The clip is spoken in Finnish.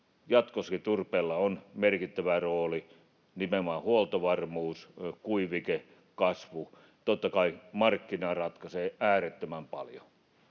Jatkossakin turpeella on merkittävä rooli, nimenomaan huoltovarmuus, kuivike ja kasvu. Totta kai markkina ratkaisee äärettömän paljon,